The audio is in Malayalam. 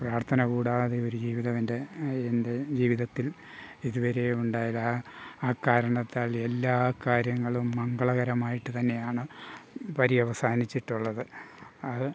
പ്രാർത്ഥന കൂടാതെ ഒരു ജീവിതം എൻ്റെ എൻ്റെ ജീവിതത്തിൽ ഇതുവരെയും ഉണ്ടായതാ ആ കാരണത്താൽ എല്ലാ കാര്യങ്ങളും മംഗളകരമായിട്ട് തന്നെയാണ് പര്യവസാനിച്ചിട്ടുള്ളത് അത്